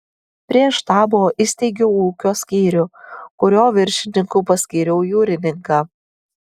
prie štabo įsteigiau ūkio skyrių kurio viršininku paskyriau jūrininką